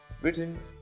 written